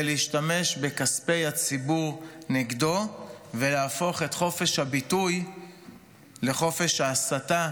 להשתמש בכספי הציבור נגדו ולהפוך את חופש הביטוי לחופש ההסתה